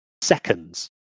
seconds